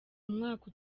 umwaka